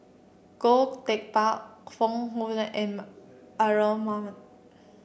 Goh Teck Phuan Foong M Aaron Maniam